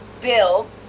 Bill